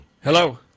Hello